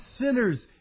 sinners